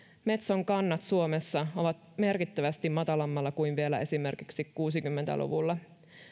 metson kannat suomessa ovat merkittävästi matalammalla kuin vielä esimerkiksi kuusikymmentä luvulla